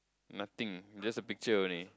nothing just a picture only